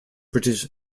british